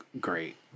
great